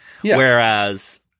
whereas